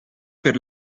per